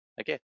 Okay